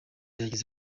yagize